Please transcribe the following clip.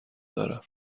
دارم